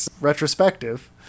retrospective